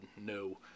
no